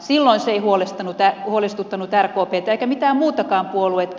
silloin se ei huolestuttanut rkptä eikä mitään muutakaan puoluetta